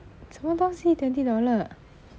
什么东西 twenty dollar